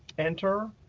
enter.